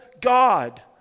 God